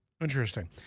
Interesting